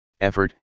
effort